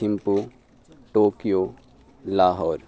Thimphu Tokyo Lahore